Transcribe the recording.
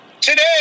Today